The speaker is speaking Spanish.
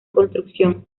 construcción